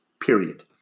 period